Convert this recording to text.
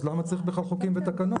אז למה צריך בכלל חוקים ותקנות?